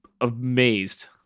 amazed